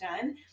done